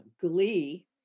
glee